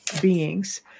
beings